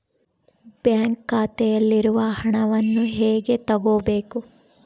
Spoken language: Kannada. ಬ್ಯಾಂಕ್ ಖಾತೆಯಲ್ಲಿರುವ ಹಣವನ್ನು ಹೇಗೆ ತಗೋಬೇಕು?